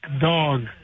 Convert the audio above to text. dog